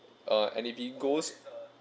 uh and if he goes